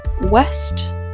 west